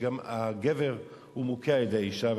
שהגבר מוכה על-ידי האשה,